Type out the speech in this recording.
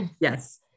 Yes